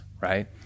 right